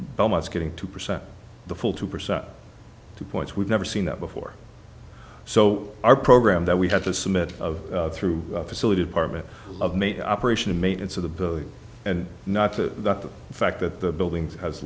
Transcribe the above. almost getting two percent the full two percent two points we've never seen that before so our program that we have to submit of through a facility department of meat operation and maintenance of the building and not to the fact that the building has